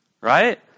Right